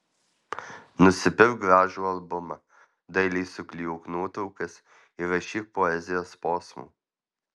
nusipirk gražų albumą dailiai suklijuok nuotraukas įrašyk poezijos posmų